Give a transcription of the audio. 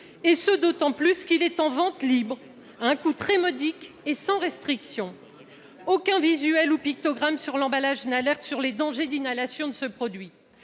et ce d'autant qu'il est en vente libre, à un coût très modique et sans restriction. Aucun visuel ou pictogramme sur l'emballage n'alerte sur les dangers d'inhalation de ce produit.